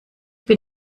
bin